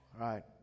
Right